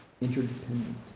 interdependent